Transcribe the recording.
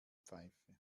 pfeife